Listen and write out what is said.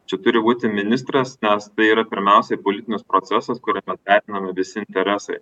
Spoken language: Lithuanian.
čia turi būti ministras nes tai yra pirmiausiai politinis procesas kurio metu vertinami visi interesai